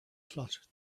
plot